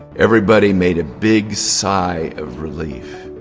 everybody made a big sigh of relief.